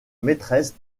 maîtresse